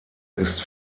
ist